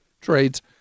trades